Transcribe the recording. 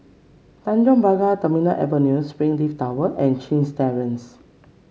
Tanjong Pagar Terminal Avenue Springleaf Tower and Chin Terrace